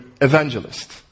evangelist